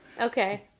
Okay